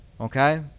Okay